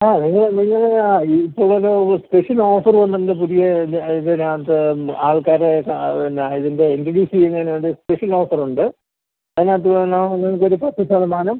ആ നിങ്ങൾ നിങ്ങൾ ആ ഇപ്പോൾ നല്ല സ്പെഷ്യൽ ഓഫർ വന്നിട്ടുണ്ട് പുതിയ ഇതിനകത്ത് ആൾക്കാരുമായിട്ട് ആ പിന്നെ ഇതിൻ്റെ ഇൻട്രൊഡ്യൂസ് ചെയ്യുന്നതിന് വേണ്ടി സ്പെഷ്യൽ ഓഫർ ഉണ്ട് അതിനകത്ത് എന്നാൽ ഒന്ന് ഒരു പത്ത് ശതമാനം